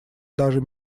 даже